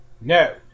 No